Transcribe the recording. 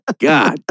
God